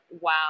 wow